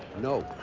no.